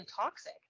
toxic